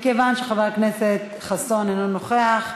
מכיוון שחבר הכנסת חסון איננו נוכח,